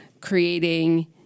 creating